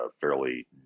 fairly